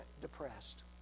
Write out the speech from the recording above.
depressed